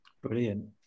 Brilliant